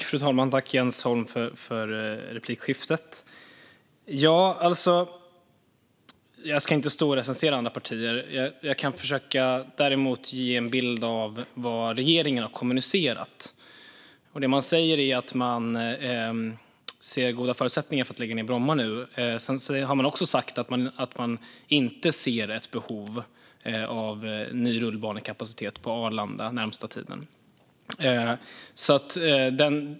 Fru talman! Tack, Jens Holm, för replikskiftet! Jag ska inte stå och recensera andra partier. Jag kan däremot försöka ge en bild av vad regeringen har kommunicerat. Det man säger är att man nu ser goda förutsättningar för att lägga ned Bromma. Man har också sagt att man inte ser ett behov av ny rullbanekapacitet på Arlanda den närmaste tiden.